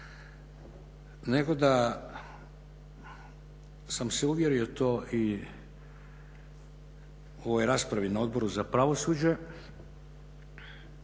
nego da sam se uvjerio u to i u ovoj raspravi na Odboru za pravosuđe